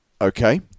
Okay